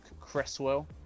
Cresswell